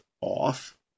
off